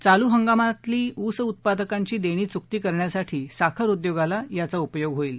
चालू हंगामातली ऊस उत्पादकांची देणी चुकती करण्यासाठी साखर उद्योगाला याचा उपयोग होईल